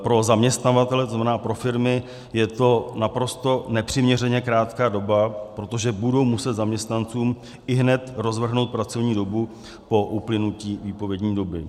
Pro zaměstnavatele, to znamená pro firmy, je to naprosto nepřiměřeně krátká doba, protože budou muset zaměstnancům ihned rozvrhnout pracovní dobu po uplynutí výpovědní doby.